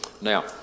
now